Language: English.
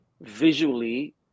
visually